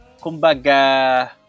Kumbaga